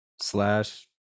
slash